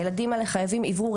הילדים האלה חייבים אוורור,